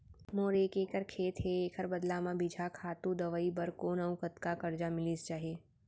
मोर एक एक्कड़ खेत हे, एखर बदला म बीजहा, खातू, दवई बर कोन अऊ कतका करजा मिलिस जाही?